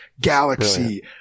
galaxy